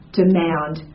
demand